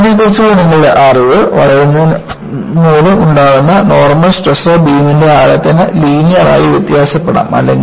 വളയുന്നതിനെക്കുറിച്ചുള്ള നിങ്ങളുടെ അറിവ് വളയുന്നതുമൂലം ഉണ്ടാകുന്ന നോർമൽ സ്ട്രെസ് ബീമിന്റെ ആഴത്തിന് ലീനിയർ ആയി വ്യത്യാസപ്പെടാം